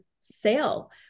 sale